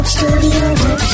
Studio